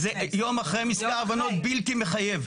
יום אחרי מזכר הבנות בלתי מחייב,